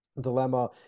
dilemma